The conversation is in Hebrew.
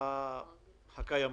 בעלויות הקיימות.